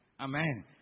Amen